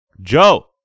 Joe